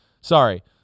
Sorry